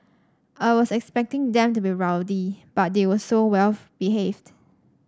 I was expecting them to be rowdy but they were so well behaved